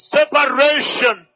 separation